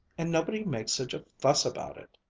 and nobody makes such a fuss about it.